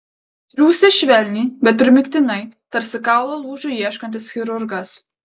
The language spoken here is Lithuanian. triūsė švelniai bet primygtinai tarsi kaulo lūžių ieškantis chirurgas